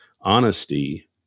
honesty